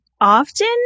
often